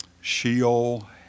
Sheol